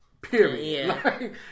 Period